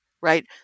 Right